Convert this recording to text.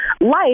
LIFE